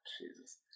Jesus